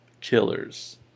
killers